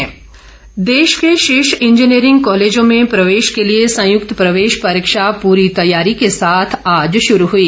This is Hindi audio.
जेईई परीक्षा देश के शीर्ष इंजीनियरिंग कॉलेजों में प्रवेश के लिए संयुक्त प्रवेश परीक्षा पूरी तैयारी के साथ आज शुरू हुई